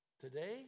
Today